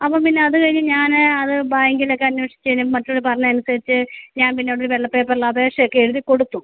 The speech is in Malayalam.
അപ്പം പിന്നെ അത് കഴിഞ്ഞ് ഞാൻ അത് ബാങ്കിലൊക്കെ അന്വേഷിച്ചതിന് മറ്റവർ പറഞ്ഞത് അനുസരിച്ച് ഞാൻ പിന്നെ അവിടൊരു വെള്ള പേപ്പറിൽ അപേക്ഷ ഒക്കെ എഴുതി കൊടുത്തു